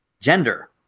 gender